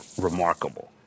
remarkable